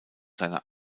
seiner